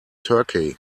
turkey